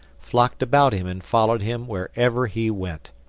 flocked about him and followed him wherever he went.